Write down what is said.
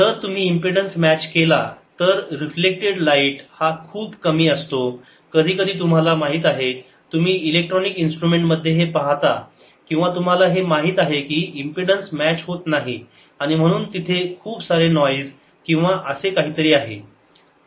जर तुम्ही impedance match केला तर रिफ्लेक्टेड लाईट हा खूप कमी असतो कधी कधी तुम्हाला माहित आहे तुम्ही इलेक्ट्रॉनिक इन्स्ट्रुमेंट मध्ये हे पाहता किंवा तुम्हाला हे माहीत आहे की इम्पेडन्स मॅच होत नाही आणि म्हणून तिथे खूप सारे नॉइज किंवा असे काहीतरी आहे